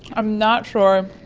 i'm not sure.